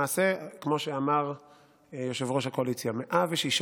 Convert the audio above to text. למעשה, כמו שאמר יושב-ראש הקואליציה, 106